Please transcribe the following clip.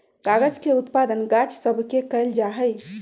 कागज के उत्पादन गाछ सभ से कएल जाइ छइ